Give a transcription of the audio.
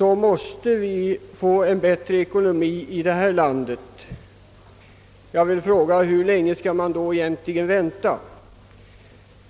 måste vara att vi får en bättre ekonomi i vårt land. Jag vill fråga: Hur länge skall man då vänta?